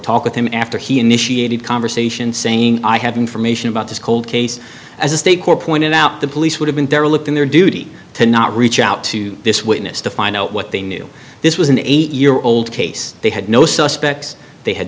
talk with him after he initiated conversation saying i have information about this cold case as a state court pointed out the police would have been derelict in their duty to not reach out to this witness to find out what they knew this was an eight year old case they had no suspects they had